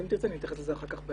אם תרצי, אני אתייחס לזה אחר כך.